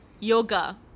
Yoga